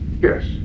Yes